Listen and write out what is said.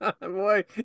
boy